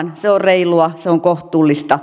se on reilua se on kohtuullista